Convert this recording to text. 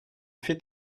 fait